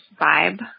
vibe